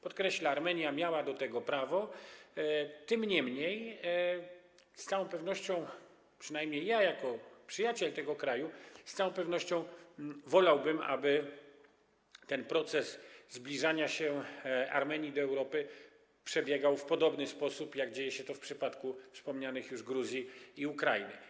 Podkreślam, że Armenia miała do tego prawo, niemniej przynajmniej ja jako przyjaciel tego kraju z całą pewnością wolałbym, aby ten proces zbliżania się Armenii do Europy przebiegał w podobny sposób, jak dzieje się to w przypadku wspomnianych już Gruzji i Ukrainy.